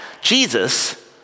Jesus